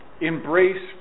embrace